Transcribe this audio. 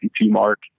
mark